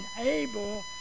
able